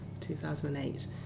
2008